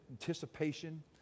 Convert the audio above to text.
anticipation